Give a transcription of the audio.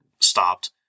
stopped